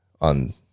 on